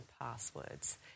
passwords